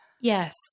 yes